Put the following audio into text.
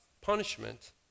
punishment